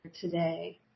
today